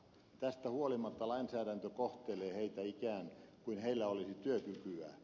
tästä huolimatta lainsäädäntö kohtelee heitä ikään kuin heillä olisi työkykyä